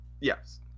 yes